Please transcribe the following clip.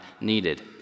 needed